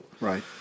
Right